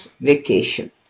vacation